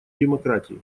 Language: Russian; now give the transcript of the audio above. демократии